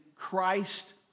Christ